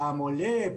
פעם עולה,